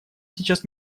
сейчас